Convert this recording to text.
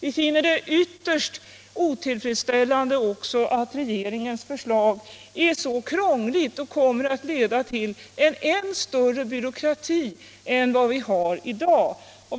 Vi finner det också ytterst otillfredsställande att regeringens förslag är så krångligt och kommer att leda till än större byråkrati än vad vi har i dag.